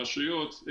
רשויות,